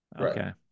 Okay